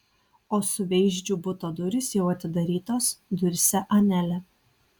o suveizdžių buto durys jau atidarytos duryse anelė